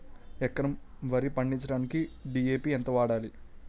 ఎకరం వరి పండించటానికి డి.ఎ.పి ఎంత వాడాలి?